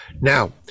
Now